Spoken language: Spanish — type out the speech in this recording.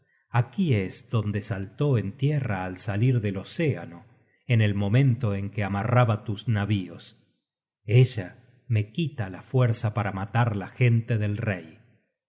aquí es donde saltó en tierra al salir del océano en el momento en que amarraba tus navíos ella me quita la fuerza para matar la gente del rey